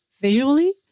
visually